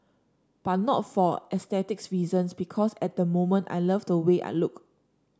but not for aesthetic reasons because at the moment I love the way I look